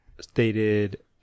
stated